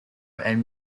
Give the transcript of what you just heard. and